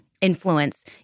influence